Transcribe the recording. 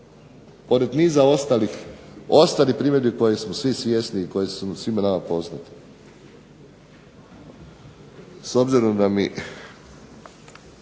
Pored niza ostalih primjedbi kojih smo svi svjesni i koje su svima nama poznate.